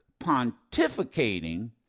pontificating